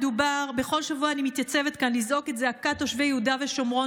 בכל שבוע אני ניצבת כאן לזעוק את זעקת תושבי יהודה ושומרון